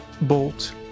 bolt